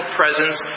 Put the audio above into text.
presence